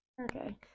Okay